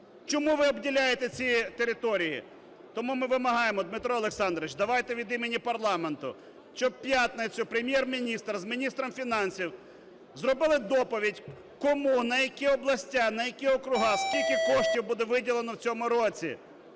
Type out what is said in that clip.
Чому ви обділяєте ці території? Тому ми вимагаємо, Дмитро Олександрович, давайте від імені парламенту, щоб в п'ятницю Прем’єр-міністр з міністром фінансів зробили доповідь, кому, на які області, на які округи, скільки коштів буде виділено в цьому році,